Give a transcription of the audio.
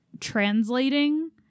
translating